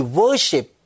worship